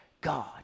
God